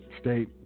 state